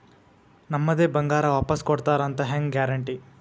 ನಮ್ಮದೇ ಬಂಗಾರ ವಾಪಸ್ ಕೊಡ್ತಾರಂತ ಹೆಂಗ್ ಗ್ಯಾರಂಟಿ?